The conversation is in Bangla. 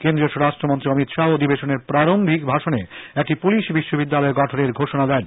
কেন্দ্রীয় স্বরাষ্ট্রমন্ত্রী অমিত শাহ অধিবেশনের প্রারম্ভিক ভাষণে একটি পুলিশ বিশ্ববিদ্যালয় গঠনের ঘোষণা দেন